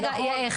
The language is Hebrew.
רגע,